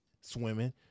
swimming